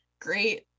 great